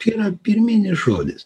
čia yra pirminis žodis